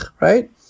right